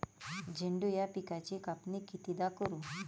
झेंडू या पिकाची कापनी कितीदा करू?